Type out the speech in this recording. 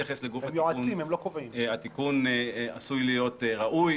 התיקון עשוי להיות ראוי